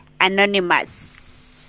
anonymous